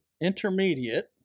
intermediate